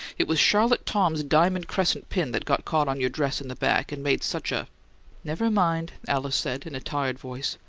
it was charlotte thom's diamond crescent pin that got caught on your dress in the back and made such a never mind, alice said in a tired voice.